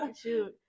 shoot